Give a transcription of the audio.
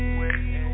wait